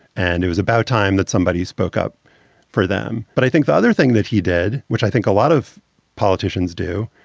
and it was about time that somebody spoke up for them. but i think the other thing that he did, which i think a lot of politicians do,